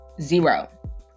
zero